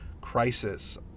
crisis